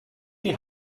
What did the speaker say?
die